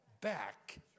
back